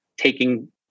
taking